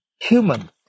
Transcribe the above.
Human